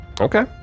Okay